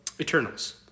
Eternals